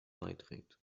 beiträgt